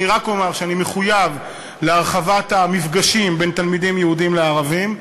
אני רק אומר שאני מחויב להרחבת המפגשים בין תלמידים יהודים לערבים,